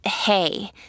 hey